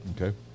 Okay